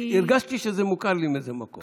הרגשתי שזה מוכר לי מאיזה מקום.